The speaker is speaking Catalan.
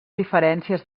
diferències